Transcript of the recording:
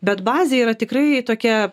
bet bazė yra tikrai tokia